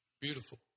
Beautiful